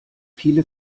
viele